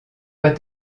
pas